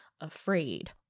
afraid